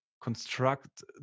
Construct